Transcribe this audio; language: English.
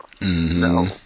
No